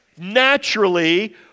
naturally